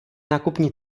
nákupní